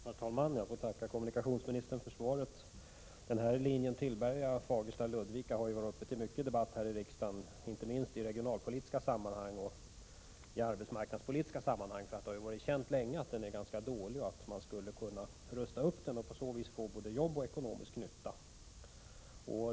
Herr talman! Jag får tacka kommunikationsministern för svaret. Linjen Tillberg—Fagersta—Ludvika har varit uppe till debatt här i riksdagen mycket, inte minst i regionalpolitiska och arbetsmarknadspolitiska sammanhang — det har ju länge varit känt att den är ganska dålig och att man skulle kunna rusta upp den och på sätt åstadkomma både jobb och ekonomisk nytta.